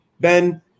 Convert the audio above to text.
Ben